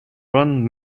run